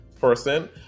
person